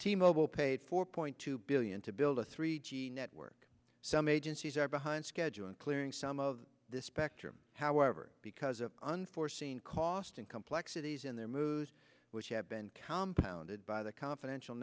t mobile paid four point two billion to build a three g network some agencies are behind schedule in clearing some of the spectrum however because of unforeseen cost and complexities in their moves which have been compound and by the confidential